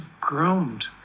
groomed